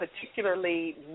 particularly